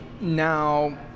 now